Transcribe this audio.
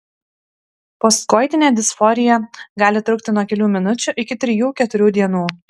postkoitinė disforija gali trukti nuo kelių minučių iki trijų keturių dienų